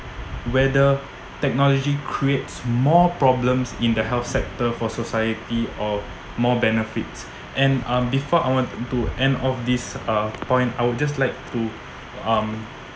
whether technology creates more problems in the health sector for society or more benefits and um before I want to end of this uh point I would just like to um